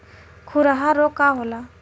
खुरहा रोग का होला?